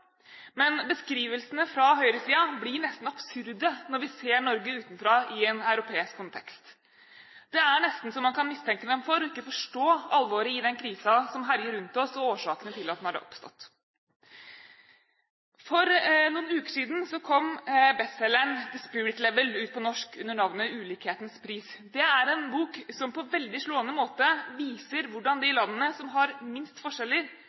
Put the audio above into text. men beskrivelsene fra høyresiden blir nesten absurde når vi ser Norge utenfra i en europeisk kontekst. Det er nesten så man kan mistenke dem for ikke å forstå alvoret i den krisen som herjer rundt oss, og årsakene til at den har oppstått. For noen uker siden kom bestselgeren «The Spirit Level» ut på norsk under navnet «Ulikhetens pris». Det er en bok som på veldig slående måte viser hvordan de landene som har minst forskjeller,